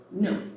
no